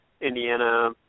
Indiana